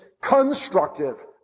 constructive